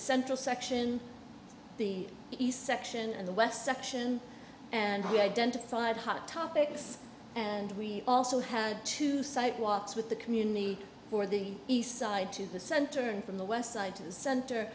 central section the east section and the west section and identified hot topics and we also had two side walks with the community for the east side to the center and from the west side to the center